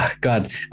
God